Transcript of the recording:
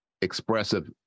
expressive